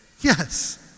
Yes